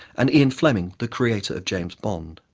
and ian fleming, the creator of james bond.